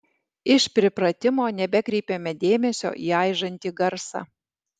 iš pripratimo nebekreipėme dėmesio į aižantį garsą